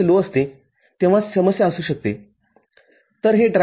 ६६ volt खाली आणत आहोत ठीक आहेतर ध्वनी मर्यादा काय बनतेतेथे ध्वनी मर्यादा नाही ठीक आहे